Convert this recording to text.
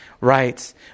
writes